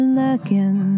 looking